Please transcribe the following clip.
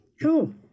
Cool